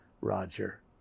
Roger